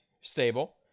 stable